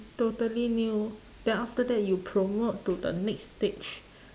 totally new then after that you promote to the next stage